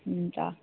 हुन्छ